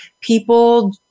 people